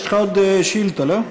יש לך עוד שאילתה, לא?